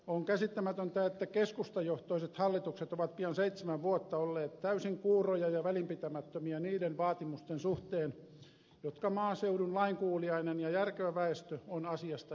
on käsittämätöntä että keskustajohtoiset hallitukset ovat pian seitsemän vuotta olleet täysin kuuroja ja välinpitämättömiä niiden vaatimusten suhteen jotka maaseudun lainkuuliainen ja järkevä väestö on asiasta ilmaissut